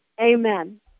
amen